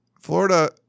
florida